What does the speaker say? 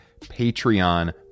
Patreon